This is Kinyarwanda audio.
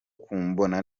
kumubona